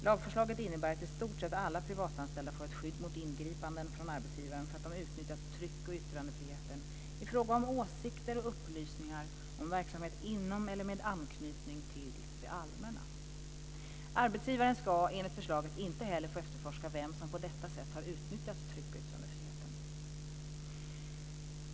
Lagförslaget innebär att i stort sett alla privatanställda får ett skydd mot ingripanden från arbetsgivaren för att de utnyttjat tryck och yttrandefriheten i fråga om åsikter och upplysningar om verksamhet inom eller med anknytning till det allmänna. Arbetsgivaren ska enligt förslaget inte heller få efterforska vem som på detta sätt har utnyttjat tryck och yttrandefriheten.